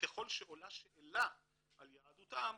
ככל שעולה שאלה על יהדותם,